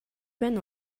байна